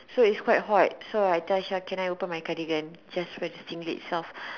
so it's quite hot so I tell Char can I open my cardigan just wear the singlet itself